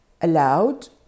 allowed